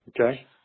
Okay